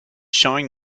showing